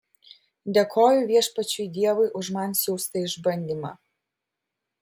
dėkoju viešpačiui dievui už man siųstą išbandymą